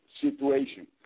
situation